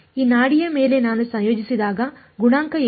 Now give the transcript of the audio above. ಈ ನಾಡಿಯ ಮೇಲೆ ನಾನು ಸಂಯೋಜಿಸಿದಾಗ ಗುಣಾಂಕ ಏನು